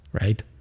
Right